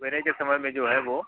सवेरे के समय में जो है वो